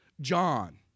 John